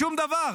שום דבר.